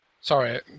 Sorry